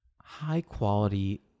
High-quality